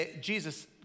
Jesus